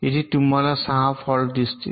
येथे तुम्हाला 6 फॉल्ट दिसतील